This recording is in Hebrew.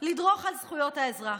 לדרוך על זכויות האזרח,